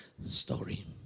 story